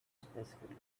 specifically